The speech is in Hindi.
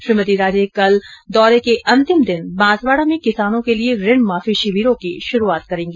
श्रीमती राजे कल दौरे के अंतिम दिन बांसवाड़ा में किसानों के लिये ऋण माफी शिविरों की शुरूआत करेगी